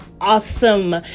awesome